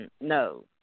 No